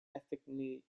ethnically